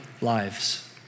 lives